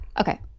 Okay